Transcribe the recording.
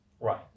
Right